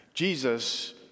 Jesus